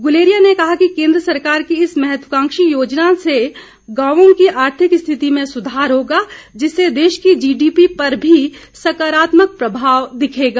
गुलेरिया ने कहा कि केन्द्र सरकार की इस महत्वाकांक्षी योजना से गांवों की आर्थिक स्थिति में सुधार होगा जिससे देश की जीडीपी पर भी सकारात्मक प्रभाव दिखेगा